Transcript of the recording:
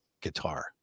guitar